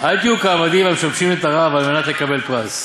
אל תהיו כעבדים המשמשין את הרב על מנת לקבל פרס,